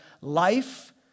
life